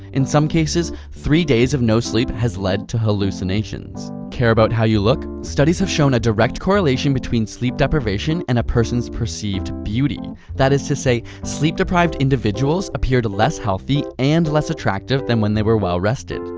in some cases, three days of no sleep has lead to hallucinations. care about how you look? studies have shown a direct correlation between sleep deprivation and a person's perceived beauty. that is to say, sleep-deprived individuals appeared less healthy and less attractive than when they were well-rested.